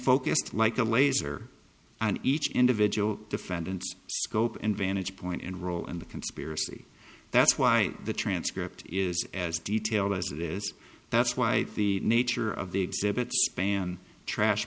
focused like a laser on each individual defendant scope and vantage point and role in the conspiracy that's why the transcript is as detailed as it is that's why the nature of the exhibits span trash